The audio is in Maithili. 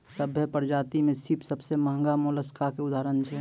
सभ्भे परजाति में सिप सबसें महगा मोलसका के उदाहरण छै